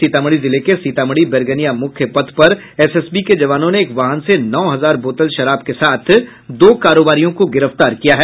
सीतामढ़ी जिले के सीतामढ़ी बैरगनिया मुख्य पथ पर एसएसबी के जवानों ने एक वाहन से नौ हजार बोतल शराब के साथ दो कारोबारियों को गिरफ्तार किया है